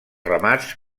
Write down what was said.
ramats